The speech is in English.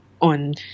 on